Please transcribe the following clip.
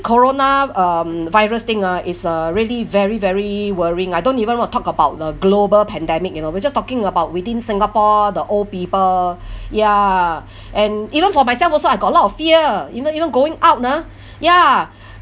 corona um virus thing ah is a really very very worrying I don't even want to talk about the global pandemic you know we're just talking about within singapore the old people ya and even for myself also I got a lot of fear you know even going out ah ya